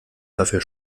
dafür